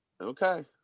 okay